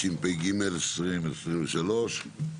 התשפ"ג-2023,